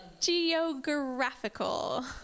Geographical